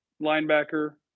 linebacker